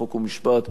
חוק ומשפט,